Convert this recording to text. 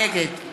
נגד